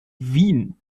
wien